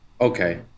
Okay